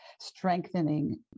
strengthening